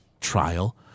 trial